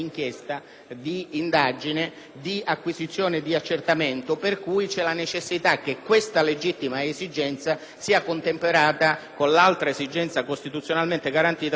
di acquisizione, di accertamento, per cui c'è la necessità che la legittima esigenza della proporzionalità sia contemperata con l'altra esigenza costituzionalmente garantita, che è quella del divieto di mandato imperativo.